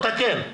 תקן,